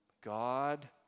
God